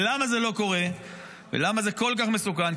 למה זה כל כך מסוכן?